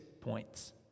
points